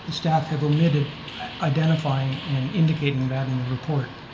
staff have omitted identifying and indicating that in the report.